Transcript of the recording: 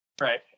Right